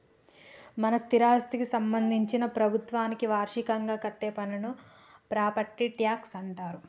మన స్థిరాస్థికి సంబందించిన ప్రభుత్వానికి వార్షికంగా కట్టే పన్నును ప్రాపట్టి ట్యాక్స్ అంటారే